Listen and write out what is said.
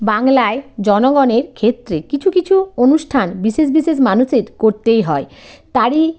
বাংলায় জনগণের ক্ষেত্রে কিছু কিছু অনুষ্ঠান বিশেষ বিশেষ মানুষের করতেই হয় তারই